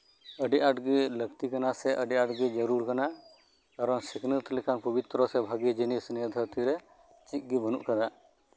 ᱟᱹᱰᱤ ᱟᱸᱴᱜᱮ ᱞᱟᱹᱠᱛᱤ ᱠᱟᱱᱟ ᱥᱮ ᱡᱟᱹᱨᱩᱲ ᱠᱟᱱᱟ ᱠᱟᱨᱚᱱ ᱥᱤᱠᱷᱱᱟᱹᱛ ᱞᱮᱠᱟᱱ ᱯᱚᱵᱤᱛᱚᱨᱚ ᱥᱮ ᱵᱷᱟᱹᱜᱤ ᱡᱤᱱᱤᱥ ᱱᱤᱭᱟᱹ ᱫᱷᱟᱹᱨᱛᱨᱮ ᱪᱮᱫ ᱜᱮ ᱵᱟᱹᱱᱩᱜ ᱟᱠᱟᱫᱟ